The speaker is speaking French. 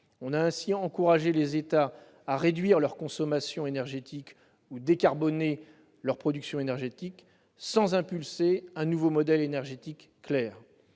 On a ainsi encouragé les États à réduire leur consommation énergétique et à décarboner leur production d'énergie, sans impulser un nouveau modèle énergétique clair.